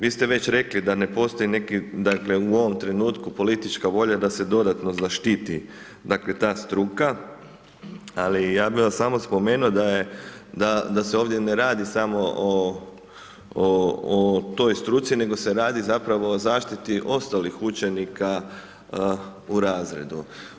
Vi ste već rekli da ne postoji neki, dakle u ovom trenutku politička volja da se dodatno zaštiti dakle ta struka, ali ja bi vam samo spomenuo da se ovdje ne radi samo o, o toj struci nego se radi zapravo o zaštiti ostalih učenika u razredu.